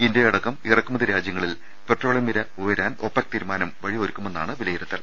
India അടക്കം ഇറക്കുമതി രാജ്യങ്ങളിൽ പെട്രോളിയം വില ഉയരാൻ ഒപെക് തീരുമാനം വഴിയൊരുക്കുമെന്നാണ് വിലയിരുത്തൽ